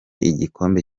igikombe